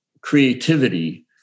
creativity